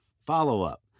Follow-Up